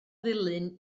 ddulyn